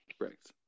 Correct